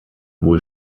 wohl